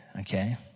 Okay